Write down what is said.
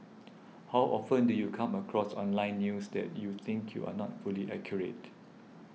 how often do you come across online news that you think you are not fully accurate